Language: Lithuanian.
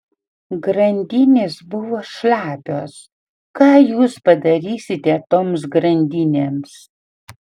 grandinės buvo šlapios ką jūs padarysite toms grandinėms